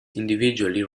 individually